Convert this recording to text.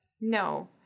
No